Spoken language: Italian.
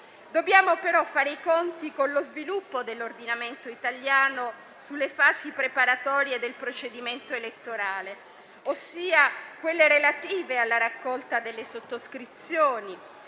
Dobbiamo però fare i conti con lo sviluppo dell'ordinamento italiano sulle fasi preparatorie del procedimento elettorale, ossia quelle relative alla raccolta delle sottoscrizioni,